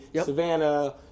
Savannah